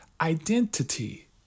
identity